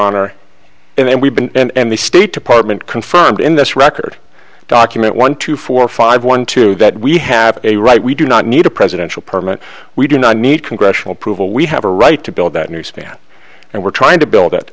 honor and we've been and the state department confirmed in this record document one two four five one two that we have a right we do not need a presidential permit we do not need congressional approval we have a right to build that new span and we're trying to build it